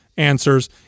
answers